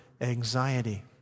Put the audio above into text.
anxiety